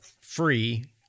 free